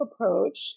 approach